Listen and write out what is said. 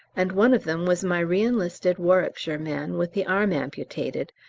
and one of them was my re-enlisted warwickshire man with the arm amputated,